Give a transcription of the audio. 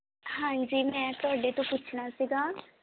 ਹਾਂਜੀ ਮੈਂ ਤੁਹਾਡੇ ਤੋਂ ਪੁੱਛਣਾ ਸੀਗਾ